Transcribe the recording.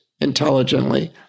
intelligently